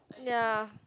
ya